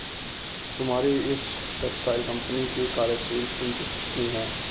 तुम्हारी इस textile company की कार्यशील पूंजी कितनी है?